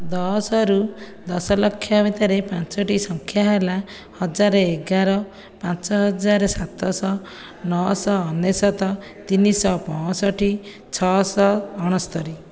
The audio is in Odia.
ଦଶରୁ ଦଶଲକ୍ଷ ଭିତରେ ପାଞ୍ଚୋଟି ସଂଖ୍ୟା ହେଲା ହଜାରେ ଏଗାର ପାଞ୍ଚ ହଜାର ସାତଶହ ନଅଶହ ଅନେଶତ ତିନିଶହ ପଁଷଠି ଛଅଶହ ଅଣସ୍ତରି